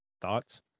thoughts